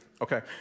okay